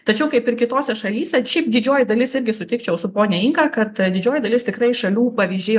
tačiau kaip ir kitose šalyse šiaip didžioji dalis irgi sutikčiau su ponia inga kad didžioji dalis tikrai šalių pavyzdžiai